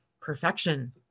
perfection